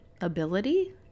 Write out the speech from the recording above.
ability